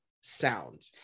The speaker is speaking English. sound